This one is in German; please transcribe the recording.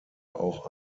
auch